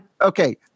okay